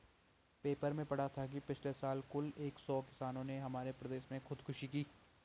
paper में पढ़ा था कि पिछले साल कुल एक सौ किसानों ने हमारे प्रदेश में खुदकुशी की